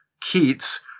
Keats